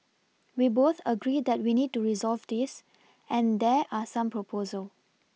we both agree that we need to resolve this and there are some proposal